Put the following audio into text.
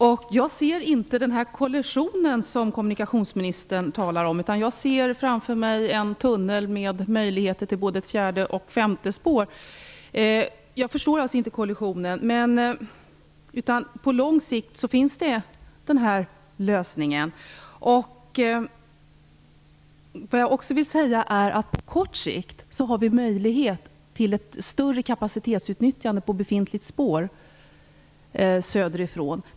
Fru talman! Jag ser inte den kollision som kommunikationsministern talar om. Jag ser framför mig en tunnel med möjligheter till både ett fjärde och ett femte spår. Jag förstår alltså inte kollisionen. På lång sikt finns den här lösningen. På kort sikt finns det möjlighet till ett större kapacitetsutnyttjande på det befintliga spåret söderifrån.